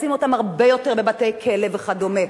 לשים אותם הרבה יותר בבתי-הכלא וכדומה.